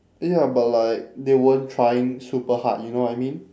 ya but like they weren't trying super hard you know what I mean